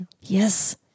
Yes